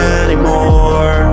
anymore